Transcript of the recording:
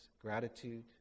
gratitude